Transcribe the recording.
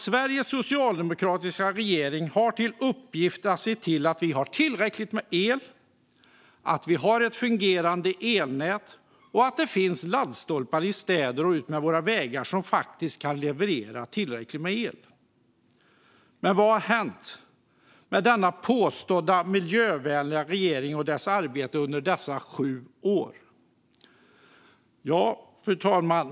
Sveriges socialdemokratiska regering har till uppgift att se till att vi har tillräckligt med el, att vi har ett fungerande elnät och att det i städer och utmed våra vägar finns laddstolpar som faktiskt kan leverera tillräckligt med el. Men vad har hänt med denna påstådda miljövänliga regering och dess arbete med detta under dessa sju år?